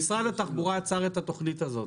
משרד התחבורה עצר את התוכנית הזאת.